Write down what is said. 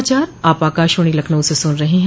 यह समाचार आप आकाशवाणी लखनऊ से सुन रहे हैं